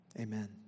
Amen